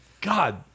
God